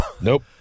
Nope